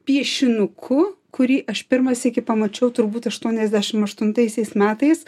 piešinuku kurį aš pirmą sykį pamačiau turbūt aštuoniasdešimt aštuntaisiais metais